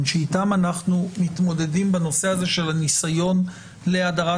שאתן אנחנו מתמודדים בנושא הזה של הניסיון להדרת